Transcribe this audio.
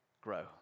grow